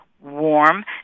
warm